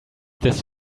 this